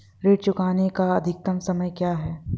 ऋण चुकाने का अधिकतम समय क्या है?